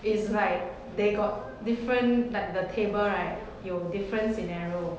is like they got different like the table right 有 different scenario